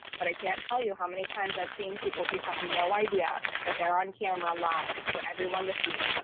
but i can't tell you how many times i've seen people who have no idea that they're on camera live for everyone to see.